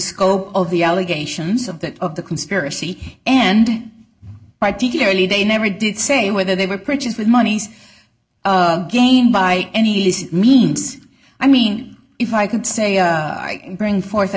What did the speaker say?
scope of the allegations of that of the conspiracy and particularly they never did say whether they were purchased with monies game by any means i mean if i could say i bring forth a